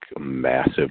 massive